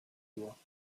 doigts